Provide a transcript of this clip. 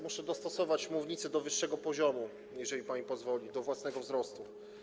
Muszę dostosować mównicę do wyższego poziomu, jeżeli pani pozwoli, do własnego wzrostu.